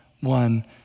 one